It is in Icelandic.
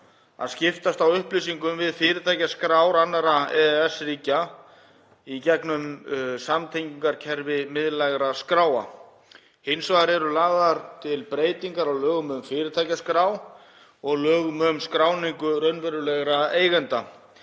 að skiptast á upplýsingum við fyrirtækjaskrár annarra EES-ríkja í gegnum samtengingarkerfi miðlægra skráa. Hins vegar eru lagðar til breytingar á lögum um fyrirtækjaskrá og lögum um skráningu raunverulegra eigenda.